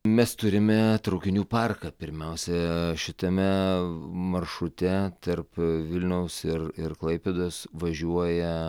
mes turime traukinių parką pirmiausia šitame maršrute tarp vilniaus ir ir klaipėdos važiuoja